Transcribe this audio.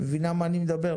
את מבינה מה אני מדבר?